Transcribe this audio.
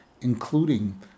including